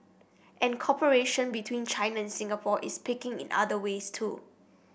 and cooperation between China and Singapore is picking in other ways too